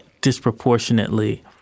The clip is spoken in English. disproportionately